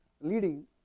leading